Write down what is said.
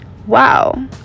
wow